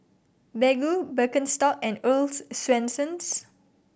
Baggu Birkenstock and Earl's Swensens